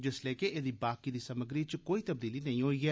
जिसलै कि एह्दी बाकी दी सामग्री च कोई तबदीली नेई कीती गेई ऐ